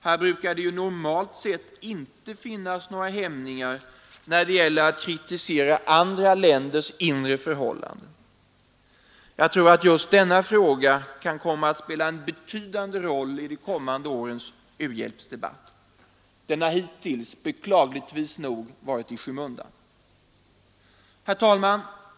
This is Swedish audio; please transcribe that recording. Här brukar det normalt inte finnas några hämningar när det gäller att kritisera andra länders inre förhållanden. Jag tror att just denna fråga kan komma att spela en betydande roll i de kommande årens u-hjälpsdebatt. Den har hittills beklagligt nog varit i skymundan. Herr talman!